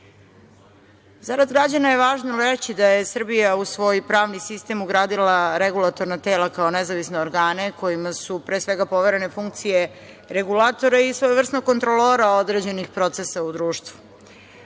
građana je važno reći da je Srbija u svoj pravni sistem ugradila regulatorna tela kao nezavisne organe, kojima su pre svega poverene funkcije regulatora, i svojevrsnog kontrolora određenih procesa u društvu.